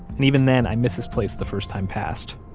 and even then, i miss his place the first time past.